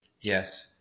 yes